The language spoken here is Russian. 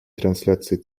трансляции